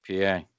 PA